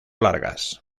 largas